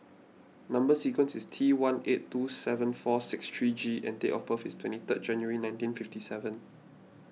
Number Sequence is T one eight two seven four six three G and date of birth is twenty third January nineteen fifty seven